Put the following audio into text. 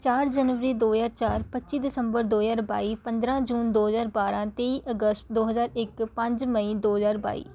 ਚਾਰ ਜਨਵਰੀ ਦੋ ਹਜ਼ਾਰ ਚਾਰ ਪੱਚੀ ਦਸੰਬਰ ਦੋ ਹਜ਼ਾਰ ਬਾਈ ਪੰਦਰਾਂ ਜੂਨ ਦੋ ਹਜ਼ਾਰ ਬਾਰਾਂ ਤੀਹ ਅਗਸਤ ਦੋ ਹਜ਼ਾਰ ਇੱਕ ਪੰਜ ਮਈ ਦੋ ਹਜ਼ਾਰ ਬਾਈ